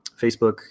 Facebook